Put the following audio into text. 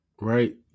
right